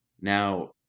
Now